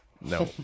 No